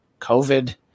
COVID